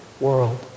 world